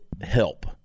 help